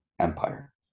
empire